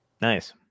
nice